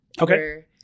Okay